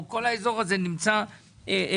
כל האזור הזה נמצא בטווח.